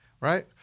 right